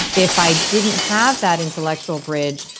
if i didn't have that intellectual bridge,